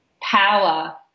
power